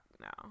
now